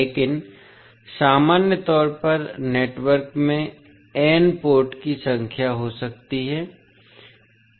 लेकिन सामान्य तौर पर नेटवर्क में एन पोर्ट की संख्या हो सकती है